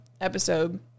episode